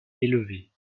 élevés